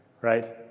right